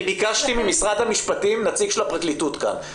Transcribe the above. אני ביקשתי ממשרד המשפטים נציג של הפרקליטות כאן.